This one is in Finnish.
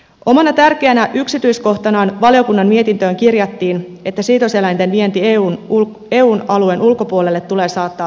omana tärkeänä yksityiskohtanaan valiokunnan mietintöön kirjattiin että siitoseläinten vienti eun alueen ulkopuolelle tulee saattaa luvanvaraiseksi